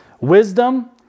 Wisdom